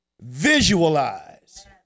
visualize